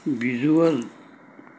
visual